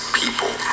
people